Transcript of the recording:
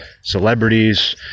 celebrities